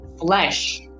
Flesh